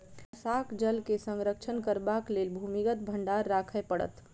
वर्षाक जल के संरक्षण करबाक लेल भूमिगत भंडार राखय पड़त